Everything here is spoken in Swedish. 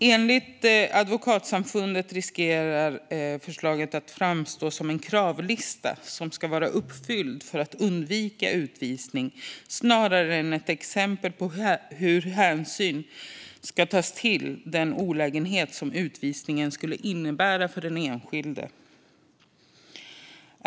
Enligt Advokatsamfundet finns det risk att förslaget framstår som en lista på krav som ska vara uppfyllda för att undvika utvisning snarare än exempel på hur hänsyn ska tas till den olägenhet som utvisningen skulle innebära för den enskilde.